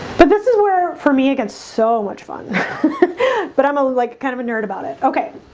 but this is where for me against so much fun but i'm a like kind of a nerd about it. okay?